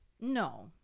No